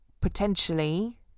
potentially